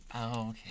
Okay